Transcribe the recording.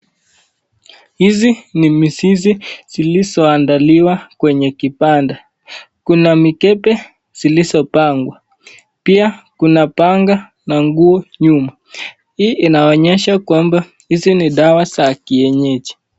Hizi ni mzizi zilizoandaliwa kwenye kibanda ,Kuna mikebe zilizopagwa pia Kuna panga na nguo nyuma ,hii inaonyesha kwamba hizi ni dawa za kienyeji.